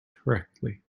correctly